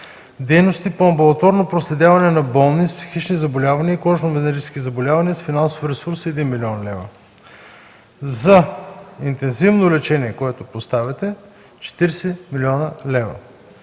дейности по амбулаторно проследяване на болни с психични заболявания, с кожно-венерически заболявания с финансови ресурси – 1 млн. лв.; за интензивно лечение, въпросът, който поставяте – 40 млн. лв.;